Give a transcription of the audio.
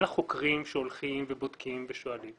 אין לה חוקרים שהולכים ובודקים ושואלים.